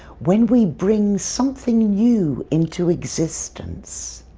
when we bring something new into existence.